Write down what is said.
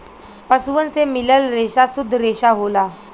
पसुअन से मिलल रेसा सुद्ध रेसा होला